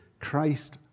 Christ